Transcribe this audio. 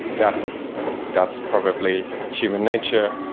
that's that's probably human nature.